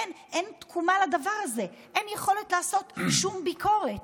אין תקומה לדבר הזה, אין יכולת לעשות שום ביקורת.